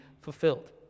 fulfilled